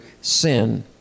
sin